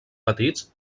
petits